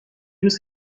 روز